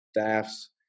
staffs